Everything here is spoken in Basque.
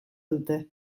dute